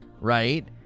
right